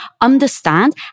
understand